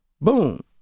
Boom